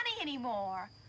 anymore